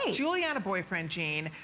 giuliana boyfriend jane.